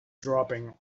dropping